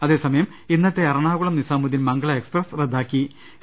അതേസമയം ഇന്നത്തെ എറണാകുളം നിസാമുദ്ദീൻ മംഗള എക്സ്പ്രസ് റദ്ദാക്കിയിട്ടുണ്ട്